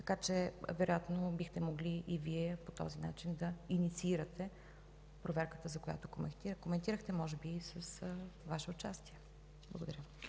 Така че вероятно бихте могли и Вие по този начин да инициирате проверката, която коментирахте, може би с Ваше участие. Благодаря.